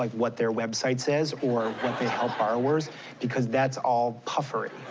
like what their website says or what they help borrowers because that's all puffery.